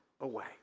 away